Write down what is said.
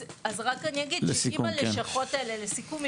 לסיכום,